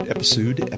Episode